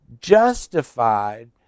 justified